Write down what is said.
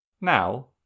Now